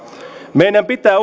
meidän pitää